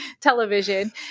television